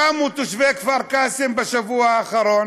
קמו תושבי כפר קאסם בשבוע האחרון,